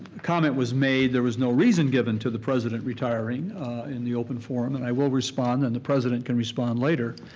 comment was made, there was no reason given to the president retiring in the open forum and i will respond and the president can respond later.